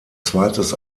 zweites